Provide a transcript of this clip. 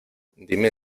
dime